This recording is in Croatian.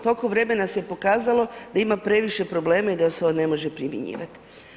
Tokom vremena se pokazalo da ima previše problema i da se on ne može primjenjivati.